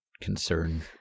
concern